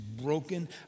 broken